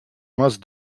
must